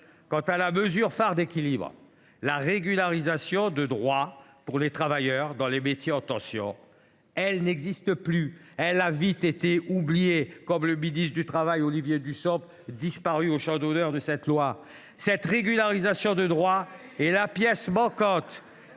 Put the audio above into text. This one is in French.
Quant à la mesure d’équilibre phare, la régularisation de droit pour les travailleurs des métiers en tension, elle n’existe plus. Elle a vite été oubliée, à l’instar du ministre du travail, Olivier Dussopt, disparu au champ d’honneur de cette loi. Cette régularisation de droit est la pièce manquante